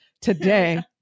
today